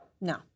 no